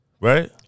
right